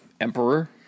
emperor